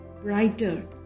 brighter